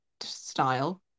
style